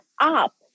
up